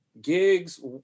gigs